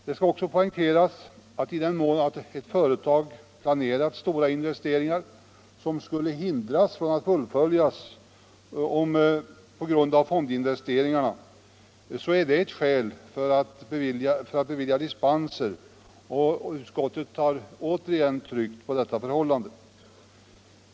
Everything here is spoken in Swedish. Det skall också poängteras att i den mån ett företag planerat stora investeringar och skulle hindras från att fullfölja dem på grund av fondinvesteringarna så är det ett skäl för att bevilja dispenser, och utskottet har återigen tryckt på detta förhållande.